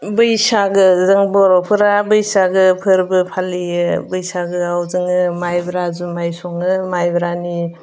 बैसागो जों बर'फोरा बैसागो फोरबो फालियो बैसागोआव जोङो माइब्रा जुमाइ सङो माइब्रानि